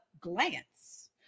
glance